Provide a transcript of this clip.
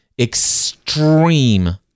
extreme